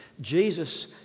Jesus